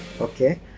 okay